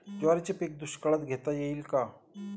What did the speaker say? ज्वारीचे पीक दुष्काळात घेता येईल का?